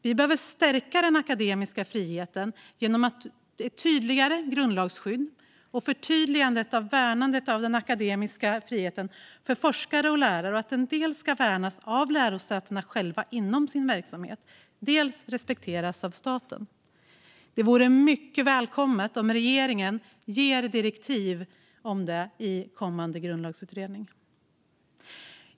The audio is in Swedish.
Vi behöver stärka den akademiska friheten genom att ge ett tydligare grundlagsskydd och förtydliga värnandet av den akademiska friheten för forskare och lärare. Den ska dels värnas av lärosätena själva inom deras verksamhet, dels respekteras av staten. Det vore mycket välkommet om regeringen gav en kommande grundlagsutredning direktiv om det.